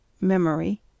Memory